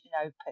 open